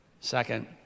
Second